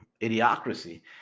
idiocracy